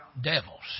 devils